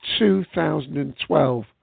2012